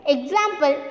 Example